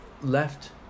left